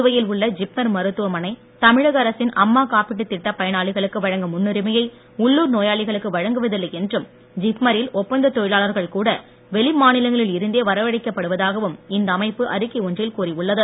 புதுவையில் உள்ள ஜிப்மர் மருத்துவமனை தமிழக அரசின் அம்மா காப்பீட்டுத் திட்டப் பயனாளிகளுக்கு வழங்கும் முன்னுரிமையை உள்ளூர் நோயாளிகளுக்கு வழங்குவதில்லை என்றும் ஜிப்மரில் ஒப்பந்தத் தொழிலாளர்கள் கூட வெளி மாநிலங்களில் இருந்தே வரவழைக்கப் படுவதாகவும் இந்த அமைப்பு அறிக்கை ஒன்றில் கூறியுள்ளது